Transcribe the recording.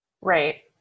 Right